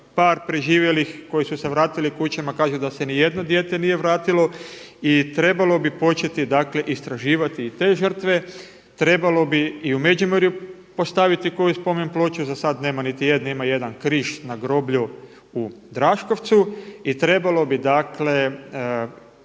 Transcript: par preživjelih koji su se vratili kućama kažu da se niti jedno dijete nije vratilo i trebalo bi početi dakle istraživati i te žrtve, trebalo bi i u Međumurju postaviti koju spomenploču, za sada nema niti jedne, ima jedan križ na groblju u Draškovcu. I trebalo bi dakle